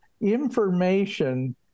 information